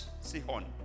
Sihon